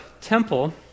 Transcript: temple